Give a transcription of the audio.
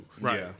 right